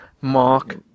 Mark